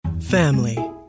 Family